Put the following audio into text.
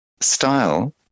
Style